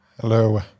Hello